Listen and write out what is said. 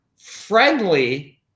friendly